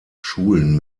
schulen